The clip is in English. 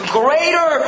greater